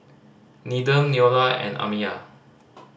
Needham Neola and Amiyah